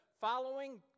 following